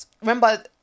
Remember